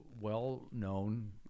well-known